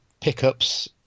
Pickups